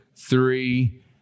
Three